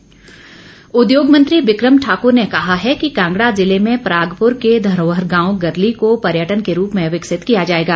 बिक्रम ठाक्र उद्योग मंत्री बिक्रम ठाक्र ने कहा है कि कांगड़ा ज़िले में परागप्र के धरोहर गांव गरली को पर्यटन के रूप में विकसित किया जाएगा